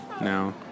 now